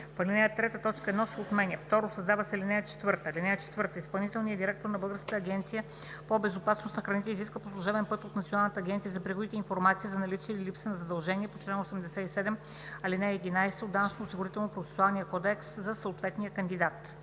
В ал. 3 т. 1 се отменя. 2. Създава се ал. 4: „(4) Изпълнителният директор на Българската агенция по безопасност на храните изисква по служебен път от Националната агенция за приходите информация за наличие или липса на задължения по чл. 87, ал. 11 от Данъчно-осигурителния процесуален кодекс за съответния кандидат.“